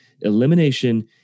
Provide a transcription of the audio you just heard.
Elimination